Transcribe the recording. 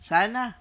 Sana